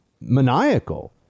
maniacal